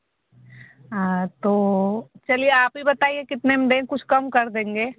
हाँ तो चलिए आप ही बताईए कितने में दें कुछ कम कर देंगे